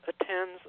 attends